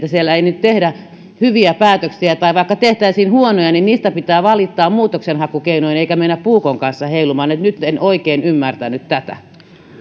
että siellä ei nyt tehdä hyviä päätöksiä tai vaikka tehtäisiin huonoja niin niistä pitää valittaa muutoksenhakukeinoin eikä mennä puukon kanssa heilumaan että nyt en oikein ymmärtänyt tätä